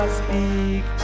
speak